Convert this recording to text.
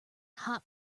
hot